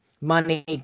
money